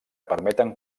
permeten